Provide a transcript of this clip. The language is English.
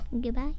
Goodbye